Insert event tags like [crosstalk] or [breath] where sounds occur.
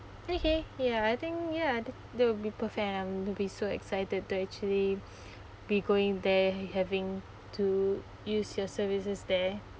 okay ya I think ya and that would be perfect and I'm will be so excited to actually [breath] be going they're having to use your services there